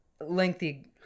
lengthy